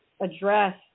address